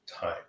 time